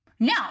Now